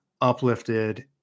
uplifted